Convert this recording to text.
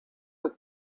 dass